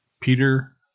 Peter